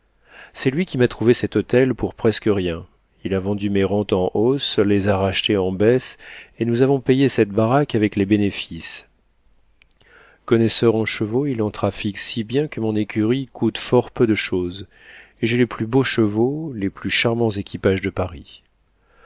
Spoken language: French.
c'est lui qui m'a trouvé cet hôtel pour presque rien il a vendu mes rentes en hausse les a rachetées en baisse et nous avons payé cette baraque avec les bénéfices connaisseur en chevaux il en trafique si bien que mon écurie coûte fort peu de chose et j'ai les plus beaux chevaux les plus charmants équipages de paris